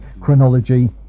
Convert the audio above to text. chronology